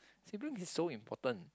sibling is so important